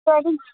sorry